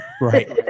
Right